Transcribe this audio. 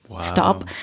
stop